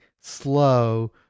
slow